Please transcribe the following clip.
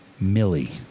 Millie